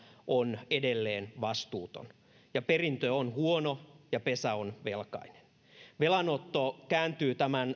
on edelleen vastuuton ja perintö on huono ja pesä on velkainen velanotto kääntyy tämän